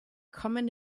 common